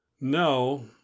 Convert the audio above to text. No